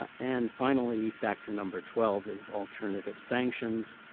and finally, factor number twelve is alternative sanctions.